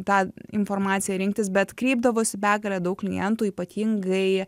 tą informaciją rinktis bet kreipdavosi begalė daug klientų ypatingai